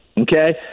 okay